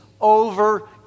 over